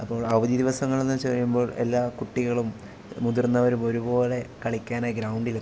അപ്പോൾ അവധി ദിവസങ്ങളെന്ന് വച്ച് കഴിയുമ്പോൾ എല്ലാ കുട്ടികളും മുതിർന്നവരും ഒരുപോലെ കളിക്കാനായി ഗ്രൗണ്ടിൽ എത്തും